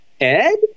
Ed